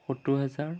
সত্তৰ হেজাৰ